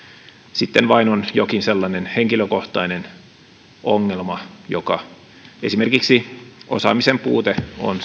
sitten vain on jokin sellainen henkilökohtainen ongelma esimerkiksi osaamisen puute on